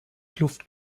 kluft